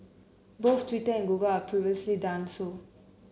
both Twitter and Google are previously done so